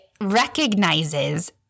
recognizes